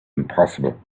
impossible